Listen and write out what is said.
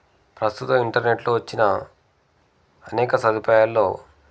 ప్రస్తుతం ఇంటర్నెట్లో వచ్చిన అనేక సదుపాయాల్లో